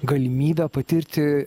galimybę patirti